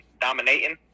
Dominating